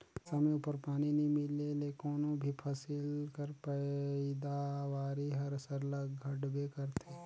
समे उपर पानी नी मिले ले कोनो भी फसिल कर पएदावारी हर सरलग घटबे करथे